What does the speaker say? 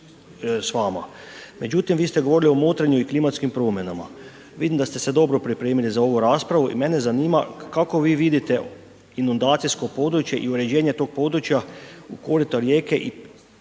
Međutim, vi ste govorili o motrenju i klimatskim promjenama vidim da ste se dobro pripremili za ovu raspravu i mene zanima kako vi vidite inundacijsko područje i uređene tog područja u korota rijeke i